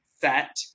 set